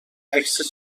عکس